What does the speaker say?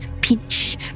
Pinch